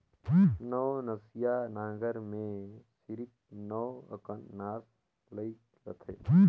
नवनसिया नांगर मे सिरिप नव अकन नास लइग रहथे